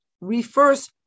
refers